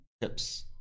Tips